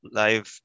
live